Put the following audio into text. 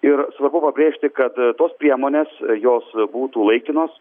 ir svarbu pabrėžti kad tos priemonės jos būtų laikinos